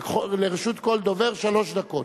לרשות כל דובר שלוש דקות.